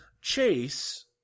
chase